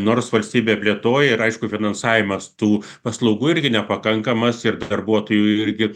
nors valstybė plėtoja ir aišku finansavimas tų paslaugų irgi nepakankamas ir darbuotojų irgi